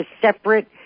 separate